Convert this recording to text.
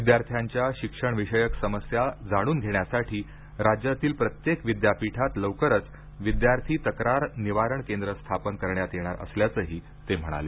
विद्यार्थ्यांच्या शिक्षणविषयक समस्या जाणून घेण्यासाठी राज्यातील प्रत्येक विद्यापीठात लवकरच विद्यार्थी तक्रार निवारण केंद्र स्थापन करणार असल्याचंही ते म्हणाले